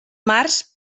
març